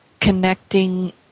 connecting